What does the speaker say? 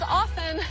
often